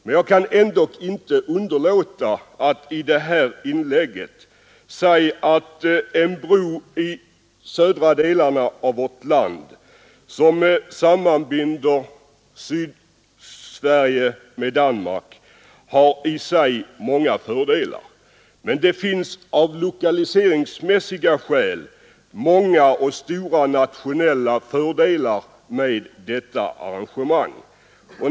Men jag kan ändå inte underlåta att i detta inlägg säga att en bro som sammanbinder Sydsverige med Danmark i sig har många fördelar, lokaliseringsmässigt och för hela nationen.